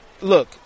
look